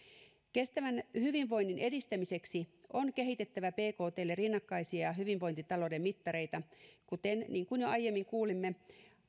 kestävän hyvinvoinnin edistämiseksi on kehitettävä bktlle rinnakkaisia hyvinvointitalouden mittareita kuten niin kuin jo aiemmin kuulimme